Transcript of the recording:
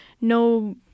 no